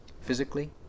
physically